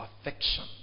affection